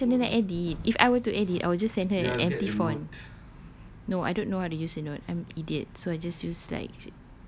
I tak tahu macam mana nak edit if I were to edit I will just send her an empty form no I don't know how to use a note I'm idiot so I just use like